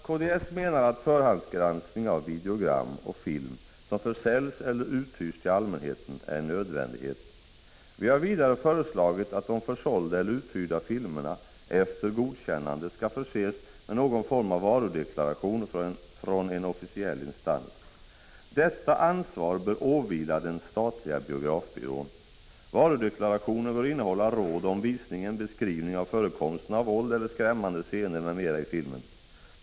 Kds menar att förhandsgranskning av videogram och film, som försäljs eller uthyrs till allmänheten, är en nödvändighet. Vi har vidare föreslagit att de försålda eller uthyrda filmerna, efter godkännande, skall förses med någon form av varudeklaration från en officiell instans. Detta ansvar bör åvila den statliga biografbyrån. Varudeklarationen bör innehålla råd om visningen, beskrivning av förekomsten av våld eller skrämmande scener m.m. i filmen.